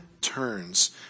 turns